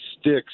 sticks